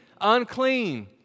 Unclean